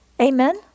Amen